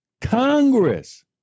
Congress